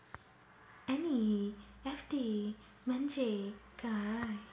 NEFT म्हणजे काय?